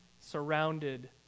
surrounded